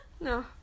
No